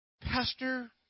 Pastor